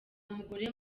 mugore